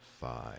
five